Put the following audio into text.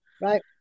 right